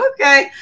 okay